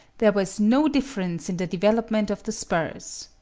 there was no difference in the development of the spurs.